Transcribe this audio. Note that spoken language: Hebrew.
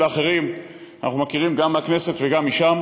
האחרים אנחנו מכירים גם מהכנסת וגם משם